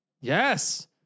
Yes